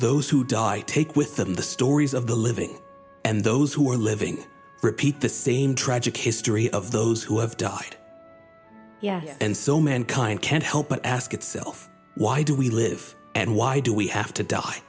those who die take with them the stories of the living and those who are living repeat the same tragic history of those who have died and so mankind can't help but ask itself why do we live and why do we have to die